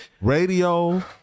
radio